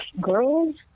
girls